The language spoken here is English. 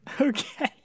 Okay